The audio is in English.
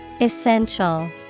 Essential